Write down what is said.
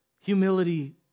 humility